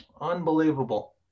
unbelievable